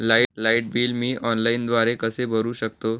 Light bill मी ऑनलाईनद्वारे कसे भरु शकतो?